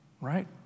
Right